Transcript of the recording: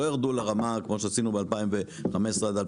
לא ירדו לרמת בדיקה, כמו שעשינו ב-2015 עד 2017,